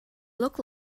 look